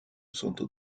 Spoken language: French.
santo